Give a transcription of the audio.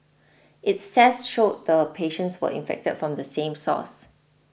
its tests showed the patients were infected from the same source